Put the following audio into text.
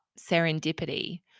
serendipity